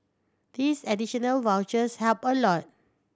these additional vouchers help a lot